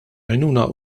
għajnuna